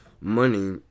money